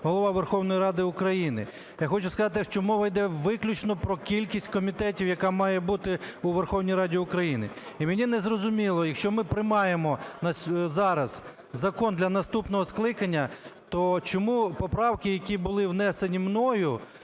Голова Верховної Ради України. Я хочу сказати, що мова йде виключно про кількість комітетів, яка має бути у Верховній Раді України. І мені не зрозуміло, якщо ми приймаємо зараз закон для наступного скликання, то чому поправки, які були внесені мною,